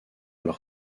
leur